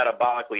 metabolically